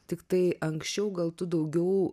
tiktai anksčiau gal tu daugiau